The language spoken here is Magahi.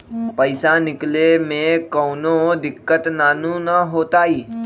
पईसा निकले में कउनो दिक़्क़त नानू न होताई?